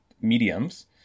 mediums